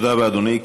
תודה רבה, אדוני.